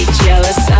jealous